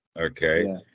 Okay